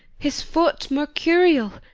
his foot mercurial,